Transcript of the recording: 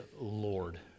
Lord